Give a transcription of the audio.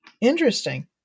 interesting